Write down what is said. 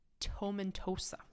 tomentosa